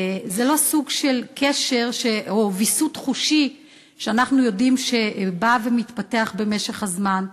זה לא סוג של קשר או ויסות חושי שאנחנו יודעים שבא ומתפתח במשך הזמן,